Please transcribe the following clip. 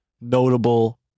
notable